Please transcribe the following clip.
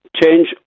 change